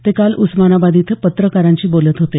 ते काल उस्मानाबाद इथे पत्रकारांशी बोलत होते